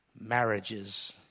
Marriages